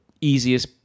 easiest